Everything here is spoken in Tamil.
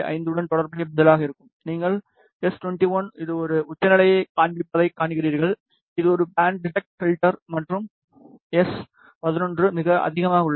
5 உடன் தொடர்புடைய பதிலாக இருக்கும் நீங்கள் S21இது ஒரு உச்சநிலையைக் காண்பிப்பதைக் காண்கிறீர்கள் இது ஒரு பேண்ட் ரிஐட் ஃப்ல்டர் மற்றும் எஸ் 11 மிக அதிகமாக உள்ளது